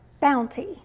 bounty